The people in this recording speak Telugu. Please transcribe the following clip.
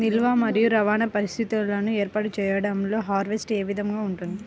నిల్వ మరియు రవాణా పరిస్థితులను ఏర్పాటు చేయడంలో హార్వెస్ట్ ఏ విధముగా ఉంటుంది?